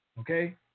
okay